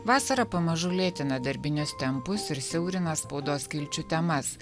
vasara pamažu lėtina darbinius tempus ir siaurina spaudos skilčių temas